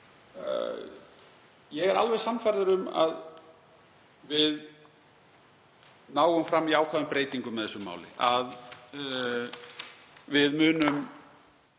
Ég er alveg sannfærður um að við náum fram jákvæðum breytingum með þessu máli,